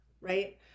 right